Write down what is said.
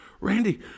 Randy